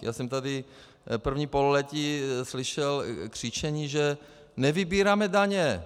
Já jsem tady v prvním pololetí slyšel křičení, že nevybíráme daně.